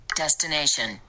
Destination